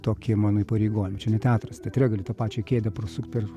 tokie mano įpareigojimai čia ne teatras teatre gali tą pačią kėdę prasukt per